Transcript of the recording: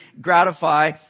gratify